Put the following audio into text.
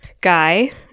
guy